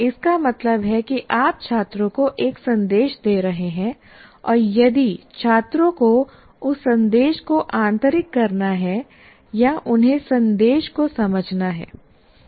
इसका मतलब है कि आप छात्रों को एक संदेश दे रहे हैं और यदि छात्रों को उस संदेश को आंतरिक करना है या उन्हें संदेश को समझना है